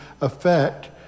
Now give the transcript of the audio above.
effect